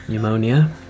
Pneumonia